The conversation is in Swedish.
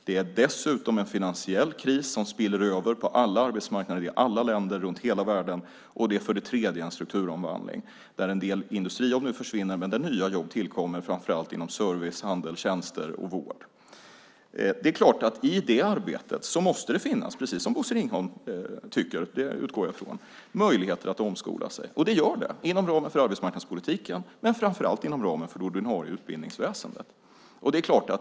Det är för det andra en finansiell kris som spiller över på alla arbetsmarknader i alla länder runt hela världen. Det är för det tredje en strukturomvandling där en del industrijobb nu försvinner men där nya jobb tillkommer, framför allt inom service, handel, tjänster och vård. Det är klart att det i detta arbete måste finnas, precis som Bosse Ringholm tycker - det utgår jag från - möjligheter att omskola sig. Och det gör det inom ramen för arbetsmarknadspolitiken, men framför allt inom ramen för det ordinarie utbildningsväsendet.